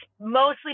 mostly